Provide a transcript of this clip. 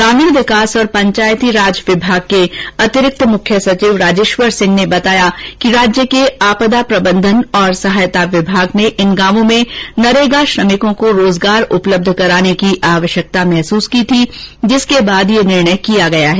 ग्रामीण विकास और पंचायती राज विभाग के अतिरिक्त मुख्य सचिव राजेश्वर सिंह ने बताया कि राज्य के आपदा प्रबंधन तथा सहायता विभाग ने इन गांवों में नरेगा श्रमिकों को रोजगार उपलब्ध कराने की आवश्यकता महसूस की थी जिसके बाद यह निर्णय किया गया है